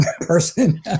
Person